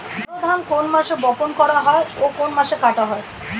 বোরো ধান কোন মাসে বপন করা হয় ও কোন মাসে কাটা হয়?